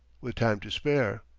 with time to spare.